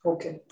Okay